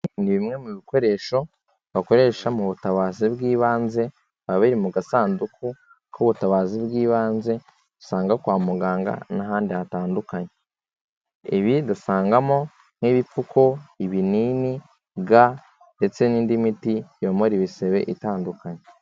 Ni bimwe mu bikoresho bakoresha mu butabazi bw'ibanze, biba biri mu gasanduku k'ubutabazi bw'ibanze, usanga kwa muganga n'ahandi hatandukanye. Ibi dusangamo nk'ibipfuko, ibinini, ga ndetse n'indi miti yomora ibisebe itandukanye.